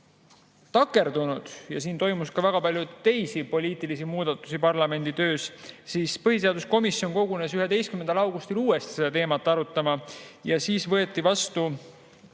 töö takerdunud ja toimus ka väga palju teisi poliitilisi muudatusi parlamendi töös, siis põhiseaduskomisjon kogunes 11. augustil uuesti seda teemat arutama ja võeti vastu